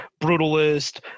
brutalist